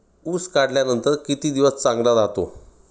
ऊस काढल्यानंतर किती दिवस चांगला राहतो?